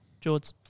George